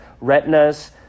retinas